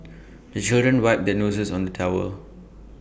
the children wipe their noses on the towel